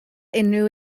unrhyw